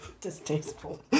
distasteful